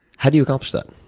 how do you accomplish that?